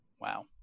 Wow